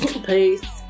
Peace